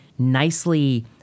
nicely